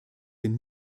den